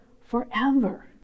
forever